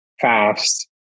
fast